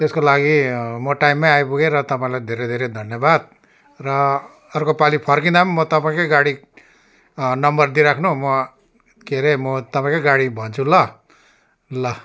त्यसको लागि म टाइममै आइपुगेँ र तपाईँलाई धेरै धेरै धन्यवाद र अर्को पालि फर्किँदा पनि नि म तपाईँकै गाडी नम्बर दिराख्नु म के अरे म तपाईँकै गाडी भन्चछु ल ल